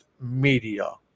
media